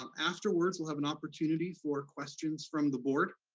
um afterwards, we'll have an opportunity for questions from the board.